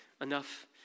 enough